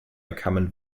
common